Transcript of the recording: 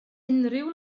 unrhyw